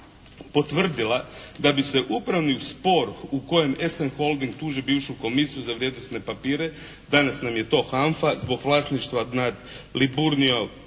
potvrdila da bi se upravnim spor u kojem "Essen Holding" tuži bivšu komisiju za vrijednosne papire, danas nam je to HAMFA zbog vlasništva nad "Liburnija"